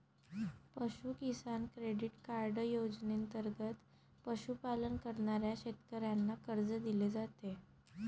पशु किसान credit card योजनेंतर्गत पशुपालन करणाऱ्या शेतकऱ्यांना कर्ज दिले जाते